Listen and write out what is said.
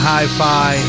Hi-Fi